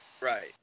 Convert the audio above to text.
Right